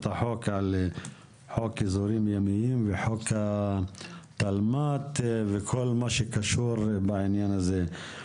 החוק על חוק אזורים ימיים וחוק התלמ"ת וכל מה שקשור בעניין הזה.